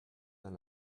dans